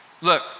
look